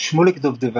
ביקורות שמוליק דובדבני,